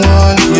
one